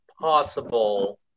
possible